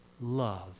love